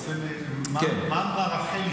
מה אמרה רחל,